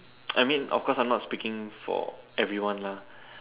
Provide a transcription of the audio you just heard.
I mean of course I'm not speaking for everyone lah